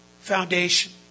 foundation